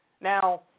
now